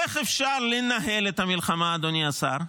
איך אפשר לנהל את המלחמה, אדוני השר,